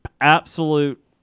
Absolute